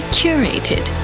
curated